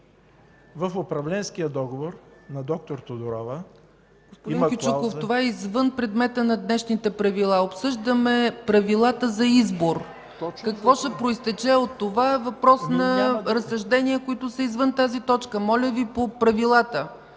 в управленския договор на д-р Тодорова има клауза ... ПРЕДСЕДАТЕЛ ЦЕЦКА ЦАЧЕВА: Господин Кючуков, това е извън предмета на днешните правила. Обсъждаме Правилата за избор. Какво ще произтече от това е въпрос на разсъждения, които са извън тази точка. Моля Ви – по правилата.